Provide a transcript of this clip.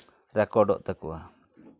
ᱨᱮᱠᱚᱨᱰᱚᱜ ᱛᱟᱠᱚᱣᱟ